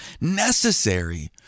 necessary